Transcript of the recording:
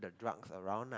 the drugs around ah